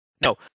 No